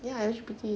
ya L_G_B_T